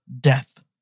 death